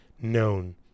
known